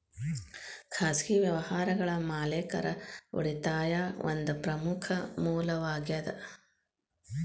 ಖಾಸಗಿ ವ್ಯವಹಾರಗಳ ಮಾಲೇಕರ ಉಳಿತಾಯಾ ಒಂದ ಪ್ರಮುಖ ಮೂಲವಾಗೇದ